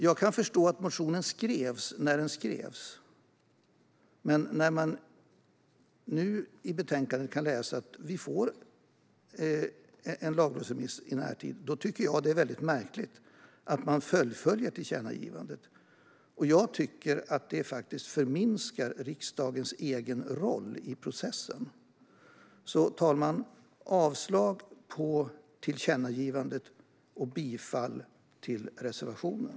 Jag kan förstå att motionen skrevs när den skrevs, men när man i betänkandet kan läsa att vi får en lagrådsremiss i närtid tycker jag att det är märkligt att man fullföljer tillkännagivandet. Jag tycker att det förminskar riksdagens egen roll i processen. Fru talman! Jag yrkar avslag på tillkännagivandet och bifall till reservationen.